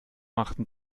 machten